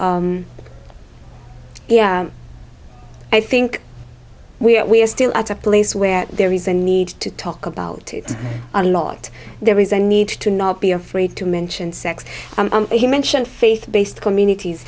so yeah i think we're still at a place where there is a need to talk about a lot there is a need to not be afraid to mention sex he mentioned faith based communities